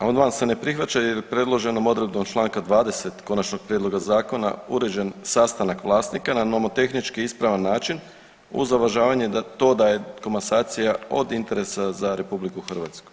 Amandman se ne prihvaća jer predloženom odredbom Članka 20. konačnog prijedloga zakona uređen sastanak vlasnika na nomotehnički ispravan način uz uvažavanje da to, da je komasacija od interesa za RH.